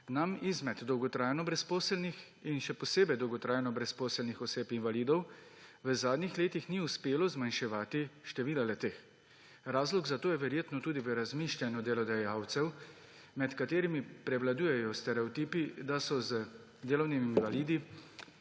nam izmed dolgotrajno brezposelnih in še posebej dolgotrajno brezposelnih oseb invalidov v zadnjih letih ni uspelo zmanjševati števila le-teh. Razlog za to je verjetno tudi v razmišljanju delodajalcev, med katerimi prevladujejo stereotipi, da so z delovnimi invalidi